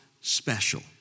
special